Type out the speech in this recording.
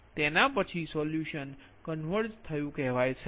તેના પછી solution converge થયું કહેવાય છે